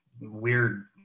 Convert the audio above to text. weird